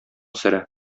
сере